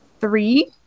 three